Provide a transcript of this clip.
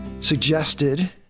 suggested